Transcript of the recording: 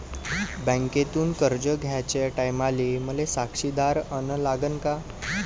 बँकेतून कर्ज घ्याचे टायमाले मले साक्षीदार अन लागन का?